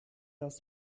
das